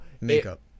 makeup